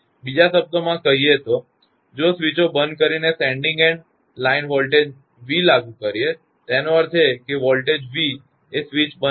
બીજા શબ્દોમાં કહીએ તો જો સ્વીચો બંધ કરીને સેન્ડીંગ એન્ડ લાઇનમાં વોલ્ટેજ V લાગુ કરીએ તેનો અર્થ એ છે કે વોલ્ટેજ V એ સ્વીચ બંધ કરીને